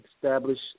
establish